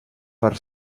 per